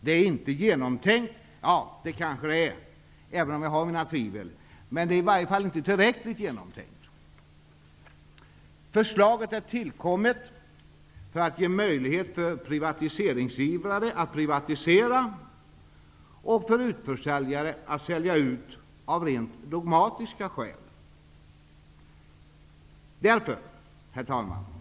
Jag har mina tvivel om att förslaget är genomtänkt. Det är åtminstone inte tillräckligt genomtänkt. Förslaget är tillkommet för att ge möjlighet för privatiseringsivrare att privatisera och för utförsäljare att sälja ut av rent dogmatiska skäl. Herr talman!